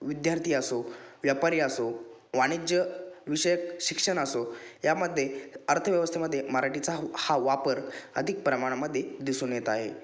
विद्यार्थी असो व्यापारी असो वाणिज्य विषयक शिक्षण असो यामध्ये अर्थव्यवस्थेमध्ये मराठीचा ह हा वापर अधिक प्रमाणामध्ये दिसून येत आहे